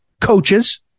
coaches